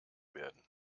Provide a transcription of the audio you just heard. werden